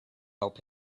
help